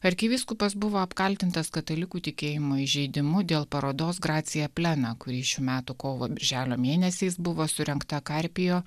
arkivyskupas buvo apkaltintas katalikų tikėjimo įžeidimu dėl parodos gracija plena kurį šių metų kovo birželio mėnesiais buvo surengta karpio